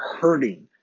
hurting